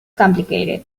complicated